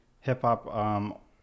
hip-hop